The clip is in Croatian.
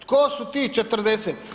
Tko su ti 40?